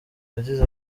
yagize